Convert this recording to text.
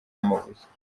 amabuye